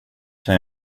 kan